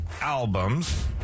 albums